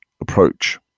approach